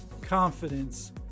confidence